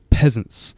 peasants